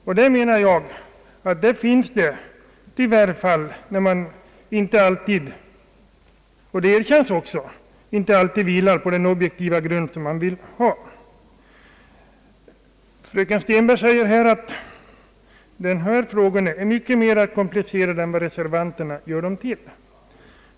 Därför menar jag att det även finns fall där man inte alltid — och det erkänns också — har den objektiva grund för bedömningen, som vore önskvärt. Fröken Stenberg anser att denna fråga är mycket mer komplicerad än vad reservanten gör den till.